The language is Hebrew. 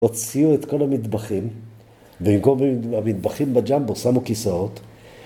הוציאו את כל המטבחים ובמקום המטבחים בג'מבו שמו כיסאות